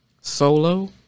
solo